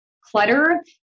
clutter